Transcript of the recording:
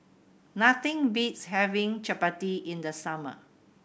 nothing beats having chappati in the summer